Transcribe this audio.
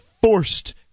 forced